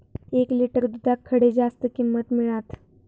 एक लिटर दूधाक खडे जास्त किंमत मिळात?